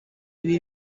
ibi